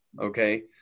okay